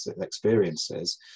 experiences